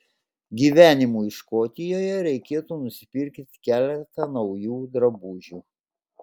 gyvenimui škotijoje reikėtų nusipirkti keletą naujų drabužių